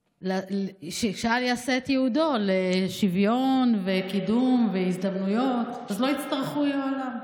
כשצה"ל יעשה את ייעודו לשוויון וקידום והזדמנויות אז לא יצטרכו יוהל"ם.